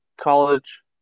college